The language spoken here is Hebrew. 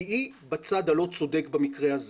כי היא בצד הלא צודק במקרה הזה.